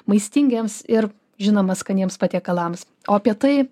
maistingiems ir žinoma skaniems patiekalams o apie tai